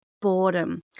boredom